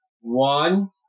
one